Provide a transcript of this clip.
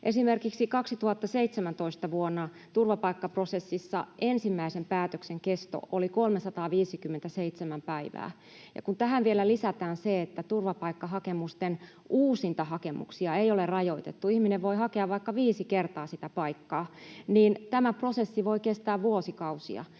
Esimerkiksi vuonna 2017 turvapaikkaprosessissa ensimmäisen päätöksen kesto oli 357 päivää, ja kun tähän vielä lisätään se, että turvapaikkahakemusten uusintahakemuksia ei ole rajoitettu — ihminen voi hakea vaikka viisi kertaa sitä paikkaa — niin tämä prosessi voi kestää vuosikausia.